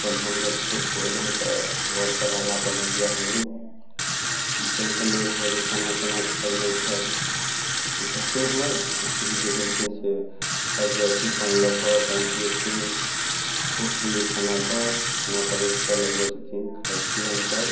अपन हमसब खेत से एलहुँ तऽ घर पर रहला तऽ मानि लिअ हमरो ई टेन्शन नहि रहैए जे खाना केना खाएब नहि खाएब ओ छथिन हमर स्त्री जे भेलखिन से घर से अयथिन पानि लऽ के पानि पीएथिन पूछथिन जे खाना दौं खाना परसिके लगबैत छथिन खाइत छी हमसब